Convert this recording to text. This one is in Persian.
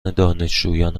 دانشجویان